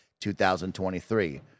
2023